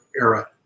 era